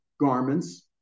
garments